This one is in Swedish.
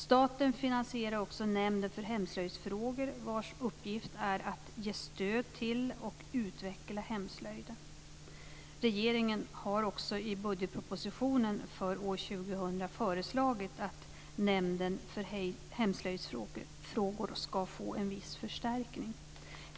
Staten finansierar också Nämnden för hemslöjdsfrågor vars uppgift är att ge stöd till och utveckla hemslöjden. Regeringen har också i budgetpropositionen för år 2000 föreslagit att Nämnden för hemslöjdsfrågor ska få en viss förstärkning.